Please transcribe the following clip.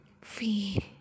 Feel